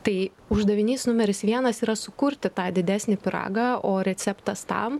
tai uždavinys numeris vienas yra sukurti tą didesnį pyragą o receptas tam